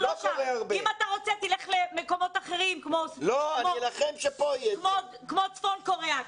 אם אתה רוצה תלך למקומות אחרים, כמו צפון קוריאה.